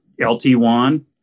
LT1